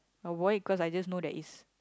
I wore it cause I just know that is